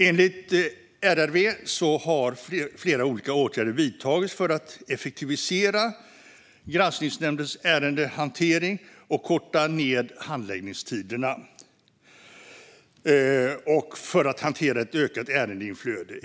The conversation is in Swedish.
Enligt RRV har flera olika åtgärder vidtagits för att effektivisera granskningsnämndens ärendehantering och korta ned handläggningstiderna för att hantera ett ökat ärendeinflöde.